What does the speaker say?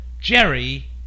Jerry